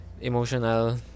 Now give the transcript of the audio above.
Emotional